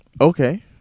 Okay